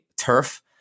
turf